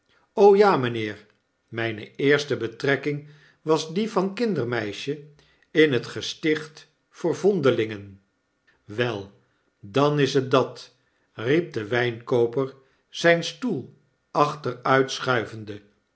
ja mynheer mijne eerste betrekking was die van kindermeisje in het gesticht voor v ondelingen wel dan is het dat i riep de wrjnkooper zyn stoel